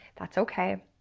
that's okay.